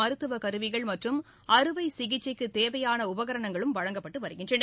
மருத்துவக் கருவிகள் மற்றும் அறுவை சிகிச்சைக்கு தேவையான உபகரணங்களும் வழங்கப்பட்டு வருகின்றன